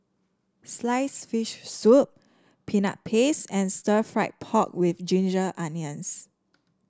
sliced fish soup Peanut Paste and Stir Fried Pork with Ginger Onions